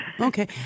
Okay